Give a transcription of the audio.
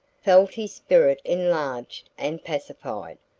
felt his spirit enlarged and pacified.